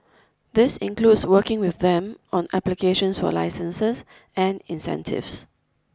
this includes working with them on applications for licenses and incentives